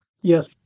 Yes